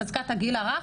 בחזקת הגיל הרך,